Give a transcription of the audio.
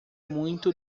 muito